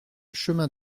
chemin